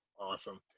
Awesome